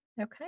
Okay